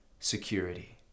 Security